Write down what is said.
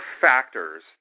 factors